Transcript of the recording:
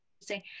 say